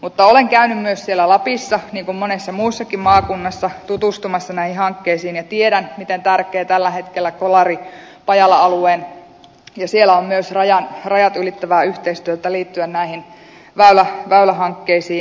mutta olen käynyt myös siellä lapissa niin kuin monessa muussakin maakunnassa tutustumassa näihin hankkeisiin ja tiedän miten tärkeä tällä hetkellä on kolaripajala alue ja siellä on myös rajat ylittävää yhteistyötä liittyen näihin väylähankkeisiin